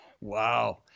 Wow